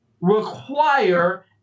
require